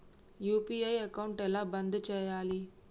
UPI account ఎలా బంద్ చేయాలి?